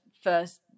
first